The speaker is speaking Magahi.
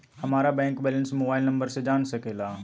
हमारा बैंक बैलेंस मोबाइल नंबर से जान सके ला?